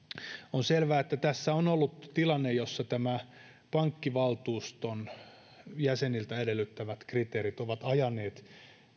on selvää että tässä on ollut tilanne jossa tämän pankkivaltuuston jäseniltä edellyttämät kriteerit ovat ajaneet